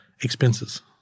expenses